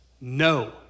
No